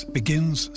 begins